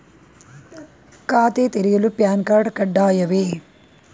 ಖಾತೆ ತೆರೆಯಲು PAN card ಕಡ್ಡಾಯವೇ?